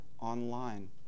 online